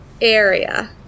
area